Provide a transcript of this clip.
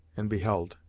and beheld.